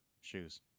shoes